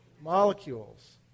Molecules